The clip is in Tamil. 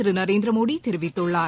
திரு நரேந்திர மோடி தெரிவித்துள்ளார்